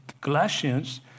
Galatians